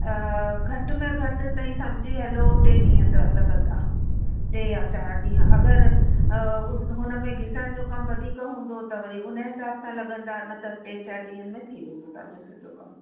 घट में घटि तईं सम्झी हलो टे ॾींह त लॻंदा टे या चारि ॾींह अगरि हुनमें घिसण जो कम वधीक हूंदो त वरी हुन उन हिसाब सां लॻंदा न त टे या चारि ॾींहनि में थी वेंदो तव्हांजो सॼो कम